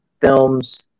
films